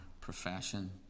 profession